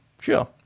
Sure